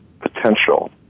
potential